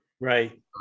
Right